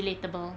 relatable